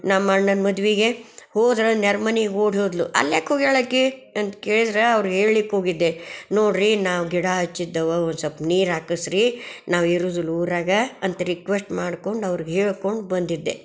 ನಮ್ಮಣ್ಣನ ಮದ್ವೆಗೆ ಹೋದರೆ ನೆರ್ಮನೆಗ್ ಓಡ್ಹೋದಳು ಅಲ್ಯಾಕೆ ಹೋಗ್ಯಾಳೆ ಆಕೆ ಅಂತ ಕೇಳಿದರೆ ಅವ್ರು ಹೇಳ್ಲಿಕ್ಕೆ ಹೋಗಿದ್ದೆ ನೋಡಿರಿ ನಾವು ಗಿಡ ಹಚ್ಚಿದ್ದೇವೆ ಒಂದು ಸ್ವಲ್ಪ ನೀರು ಹಾಕಿಸಿರಿ ನಾವು ಇರೋದಿಲ್ಲ ಊರಾಗ ಅಂತ ರಿಕ್ವೆಶ್ಟ್ ಮಾಡ್ಕೊಂಡು ಅವ್ರಿಗೆ ಹೇಳ್ಕೊಂಡು ಬಂದಿದ್ದೆ